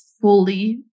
fully